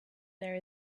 there